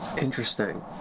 Interesting